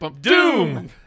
doom